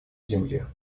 земле